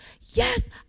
Yes